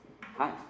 Hi